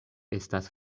estas